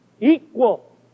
equal